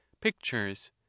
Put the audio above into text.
pictures